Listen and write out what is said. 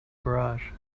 garage